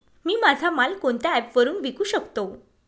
मी माझा माल कोणत्या ॲप वरुन विकू शकतो?